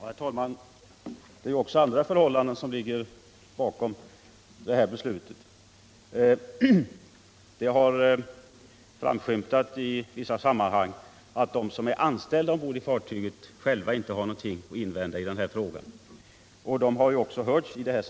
Herr talman! Det är också andra förhållanden som ligger bakom det här beslutet. Det har framskymtat i vissa sammanhang att de som är anställda ombord på fartyget själva inte har någonting att invända, och de har också hörts.